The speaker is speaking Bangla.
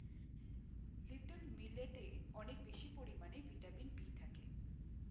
লিট্ল মিলেটে অনেক বেশি পরিমাণে ভিটামিন বি থাকে